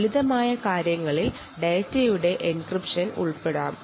അതിനായി data encryption ഉപയോഗിക്കാം